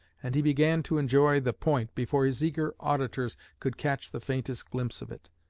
and he began to enjoy the point before his eager auditors could catch the faintest glimpse of it.